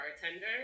bartender